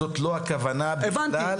זאת לא הכוונה בכלל.